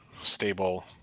stable